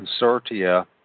consortia